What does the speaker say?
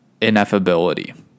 ineffability